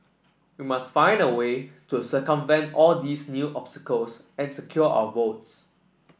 we must find a way to circumvent all these new obstacles and secure our votes